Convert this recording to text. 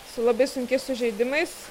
su labai sunkiais sužeidimais